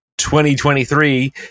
2023